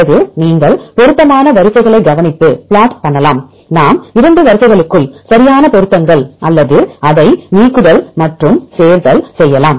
பிறகு நீங்கள் பொருத்தமான வரிசைகளை கவனித்து பிளாட் பண்ணலாம் நாம் இரண்டு வரிசை களுக்குள் சரியான பொருத்தங்கள் அல்லது அதை நீக்குதல் மற்றும் சேர்த்தல் செய்யலாம்